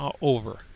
over